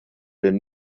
lin